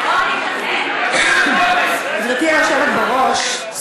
גברתי היושבת בראש,